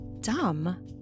Dumb